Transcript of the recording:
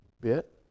bit